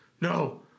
no